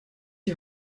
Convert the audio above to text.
die